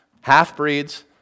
half-breeds